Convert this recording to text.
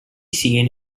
seen